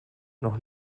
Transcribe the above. noch